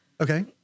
Okay